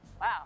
Wow